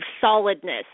solidness